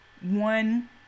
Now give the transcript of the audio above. one